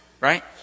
Right